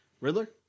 Riddler